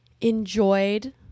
enjoyed